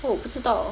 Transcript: oh 我不知道